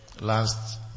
last